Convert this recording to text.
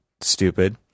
stupid